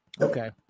Okay